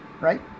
right